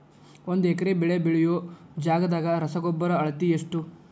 ಒಂದ್ ಎಕರೆ ಬೆಳೆ ಬೆಳಿಯೋ ಜಗದಾಗ ರಸಗೊಬ್ಬರದ ಅಳತಿ ಎಷ್ಟು?